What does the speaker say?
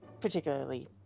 particularly